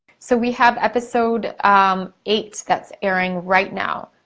so we have episode eight that's airing right now.